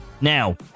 Now